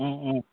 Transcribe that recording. Om Om